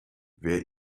wer